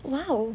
!wow!